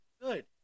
Good